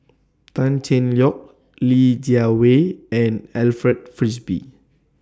Tan Cheng Lock Li Jiawei and Alfred Frisby